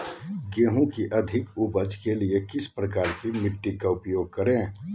गेंहू की अधिक उपज के लिए किस प्रकार की मिट्टी का उपयोग करे?